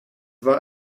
war